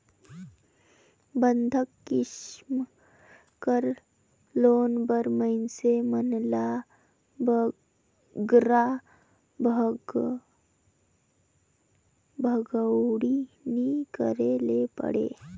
बंधक किसिम कर लोन बर मइनसे मन ल बगरा भागदउड़ नी करे ले परे